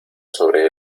sobre